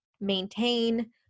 maintain